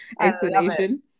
explanation